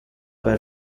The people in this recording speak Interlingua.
per